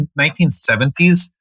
1970s